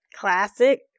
classic